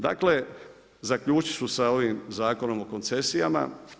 Dakle, zaključit ću sa ovim Zakonom o koncesijama.